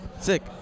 Sick